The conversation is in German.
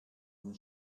den